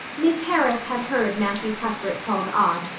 miss harris had heard matthew cuthbert called odd.